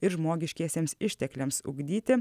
ir žmogiškiesiems ištekliams ugdyti